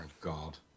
God